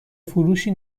فروشی